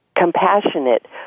compassionate